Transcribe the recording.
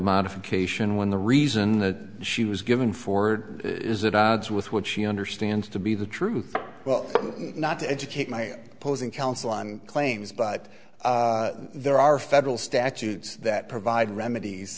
modification when the reason that she was given ford is at odds with what she understands to be the truth well not to educate my posing counsel on claims but there are federal statutes that provide remedies